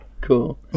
cool